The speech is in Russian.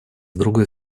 другой